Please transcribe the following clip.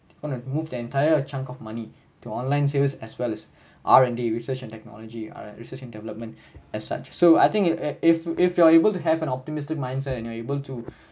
gonna move the entire chunk of money to online sales as well as R and D research and technology research and development as such so I think if you if you are able to have an optimistic mindset and you're able to